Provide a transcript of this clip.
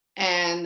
and